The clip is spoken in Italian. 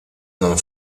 non